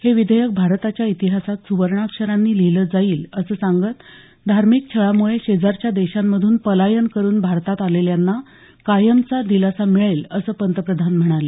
हे विधेयक भारताच्या इतिहासात सुवर्णाक्षरांनी लिहिलं जाईल असं सांगत धार्मिक छळामुळे शेजारच्या देशांमधून पलायन करून भारतात आलेल्यांना कायमचा दिलासा मिळेल असं पंतप्रधान म्हणाले